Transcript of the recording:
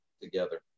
together